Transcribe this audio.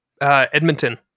Edmonton